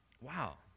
Wow